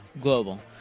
Global